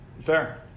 Fair